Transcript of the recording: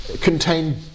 contain